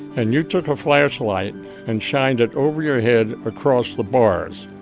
and you took a flashlight and shined it over your head, across the bars.